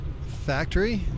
Factory